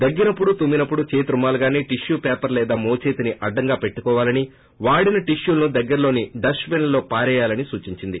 దగ్గినప్పుడు తుమ్మినపుడు చేతి రుమాలు గాని టిష్యూ పేపర్ లేదా మోచేతిని అడ్డంగా పెట్టుకోవాలని వాడిన టిష్యూ లను దగ్గరలోని డస్ట్ బిన్లలో పారవేయాలని సూచించింది